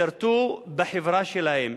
ישרתו בחברה שלהם,